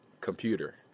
computer